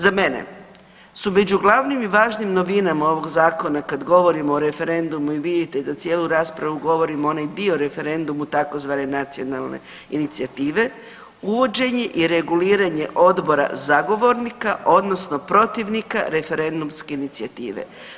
Za mene su među glavnim i važnim novinama ovog zakona kad govorimo o referendumu i vidite da cijelu raspravu govorimo onom dijelu referenduma tzv. nacionalne inicijative uvođenje i reguliranje odbora zagovornika, odnosno protivnika referendumske inicijative.